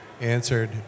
answered